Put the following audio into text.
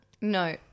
No